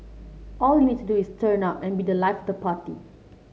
all you need to do is turn up and be the life the party